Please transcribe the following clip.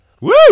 Woo